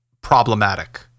problematic